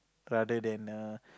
rather than a